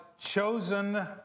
chosen